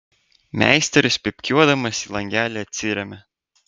meisteris pypkiuodamas į langelį atsiremia